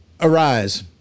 arise